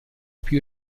più